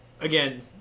Again